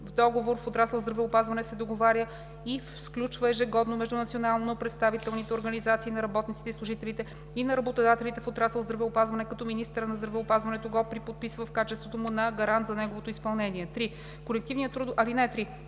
договор в отрасъл „Здравеопазване“ се договаря и сключва ежегодно между национално представителните организации на работниците и служителите и на работодателите в отрасъл „Здравеопазване“, като министърът на здравеопазването го преподписва в качеството му на гарант за неговото изпълнение. (3) Колективният трудов договор